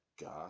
God